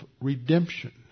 redemption